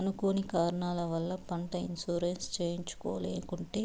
అనుకోని కారణాల వల్ల, పంట ఇన్సూరెన్సు చేయించలేకుంటే,